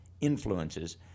influences